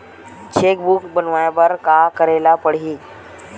Cheque book बनवाय बर का करे ल पड़हि?